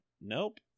Nope